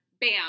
bam